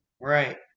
Right